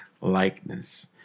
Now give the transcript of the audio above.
likeness